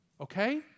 okay